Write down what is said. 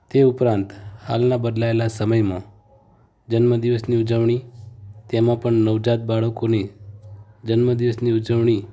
તે ઉપરાંત હાલના બદલાયેલા સમયમાં જન્મદિવસની ઉજવણી તેમાં પણ નવજાત બાળકોની જન્મદિવસની ઉજવણી